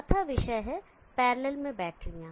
चौथा विषय है पैरेलल में बैटरीया